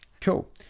cool